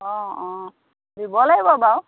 অঁ অঁ দিব লাগিব বাৰু